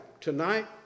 Tonight